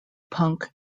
punk